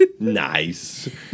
Nice